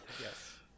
Yes